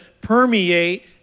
permeate